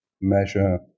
measure